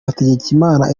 hategekimana